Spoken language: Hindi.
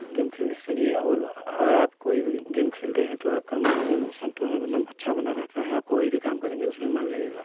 गेम खेलने से भी और अगर आप कोई भी गेम खेलते हैं तो आपका मन नियम संतुलन मतलब अच्छा बना रहता है आप कोई भी काम करेंगे तो उसमें मन लगेगा